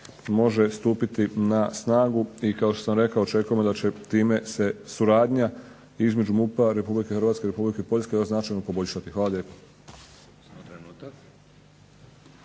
može stupiti na snagu i kao što sam rekao očekujemo da će time se suradnja između MUP-a Republike Hrvatske i Republike Poljske još značajno poboljšati. Hvala